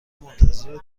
منتظر